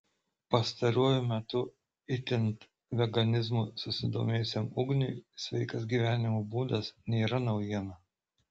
pastaruoju metu itin veganizmu susidomėjusiam ugniui sveikas gyvenimo būdas nėra naujiena